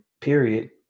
period